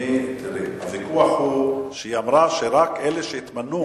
תראי, הוויכוח הוא שהיא אמרה שרק אלה התמנו.